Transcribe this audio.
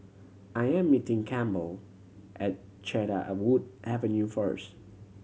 I am meeting Campbell at Cedarwood Avenue first